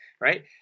right